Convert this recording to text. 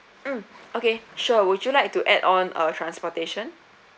mm okay sure would you like to add on uh transportation